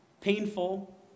painful